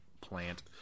plant